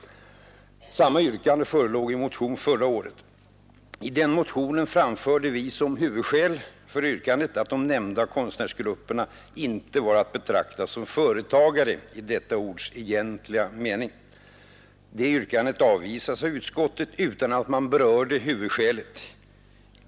Samma yrkande förelåg i en motion förra året. I den motionen framförde vi som huvudskäl för yrkandet att de nämnda konstnärsgrupperna inte var att betrakta som företagare i detta ords egentliga mening. Yrkandet avvisades av utskottet utan att man berörde huvudskälet.